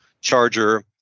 Charger